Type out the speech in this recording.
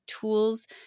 tools